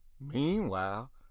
Meanwhile